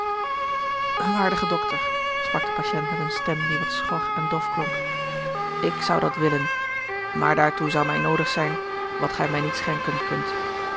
waardige dokter sprak de patiënt met eene stem die wat schor en dof klonk ik zou dat willen maar daartoe zou mij noodig zijn wat gij mij niet schenken kunt